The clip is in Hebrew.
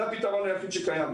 זה הפתרון היחיד שקיים.